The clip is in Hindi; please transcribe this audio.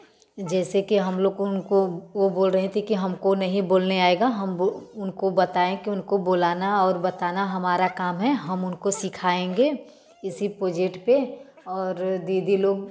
जैसे कि हम लोग को उनको वह बोल रहे थे कि हमको नहीं बोलने आएगा हम वह उनको बताए कि उनको बोलाना और बताना हमारा काम है हम उनको सिखाएँगे इसी पोजेट में और दीदी लोग